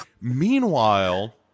Meanwhile